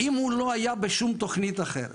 אם הוא לא היה בשום תוכנית אחרת.